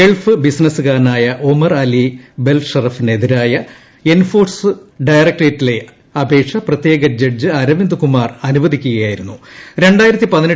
Gulf ബിസിനസ്കാരനായ Omar Ali ബൽഷറ്റഫില്ലനതിരായ enforcement ഡയറക്ടറേറ്റിന്റെ അപേക്ഷ പ്രത്യേക ജഡ്ജ് അരവിന്ദ് കുമാർ അനുവദിക്കുകയ്ക്ക്ക്ക് ിിർന്നു